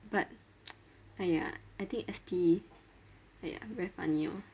but !aiya! I think S_P !aiya! very funny orh